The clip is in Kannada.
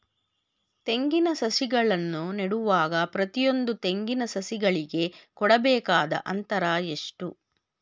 ತೆಂಗಿನ ಸಸಿಗಳನ್ನು ನೆಡುವಾಗ ಪ್ರತಿಯೊಂದು ತೆಂಗಿನ ಸಸಿಗಳಿಗೆ ಕೊಡಬೇಕಾದ ಅಂತರ ಎಷ್ಟು?